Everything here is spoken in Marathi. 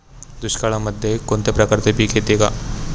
दुष्काळामध्ये कोणत्या प्रकारचे पीक येते का?